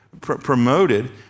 promoted